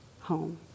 home